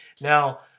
now